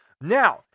Now